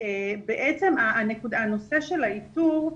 בעצם הנושא של האיתור,